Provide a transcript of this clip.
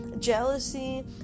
Jealousy